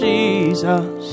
Jesus